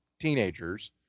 teenagers